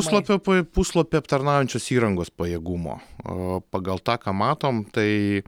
puslapio pa puslapį aptarnaujančios įrangos pajėgumo aa pagal tą ką matom tai